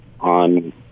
on